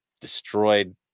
destroyed